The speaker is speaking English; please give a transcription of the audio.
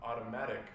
automatic